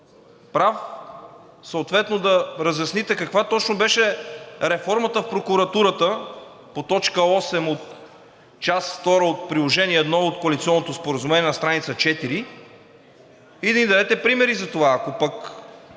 прав, съответно да разясните каква точно беше реформата в прокуратурата по точка осем от част втора от приложение 1 от коалиционното споразумение на страница четири? Да ни дадете примери за това. Ако пък